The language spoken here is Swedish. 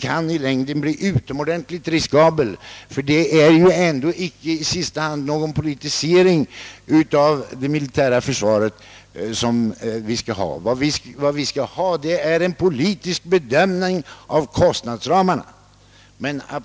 kan i längden bli utomordentligt riskabel, eftersom vi inte skall ha någon politisering av det militära försvaret, endast en politisk bedömning av kostnadsramarna.